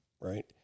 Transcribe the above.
right